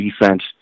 defense